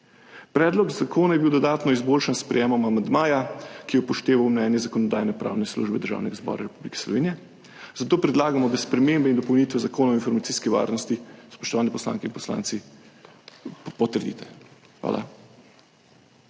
Predlog zakona je bil dodatno izboljšan s sprejetjem amandmaja, ki je upošteval mnenje Zakonodajno-pravne službe Državnega zbora Republike Slovenije, zato predlagamo, da spremembe in dopolnitve Zakona o informacijski varnosti, spoštovane poslanke in poslanci, potrdite. Hvala.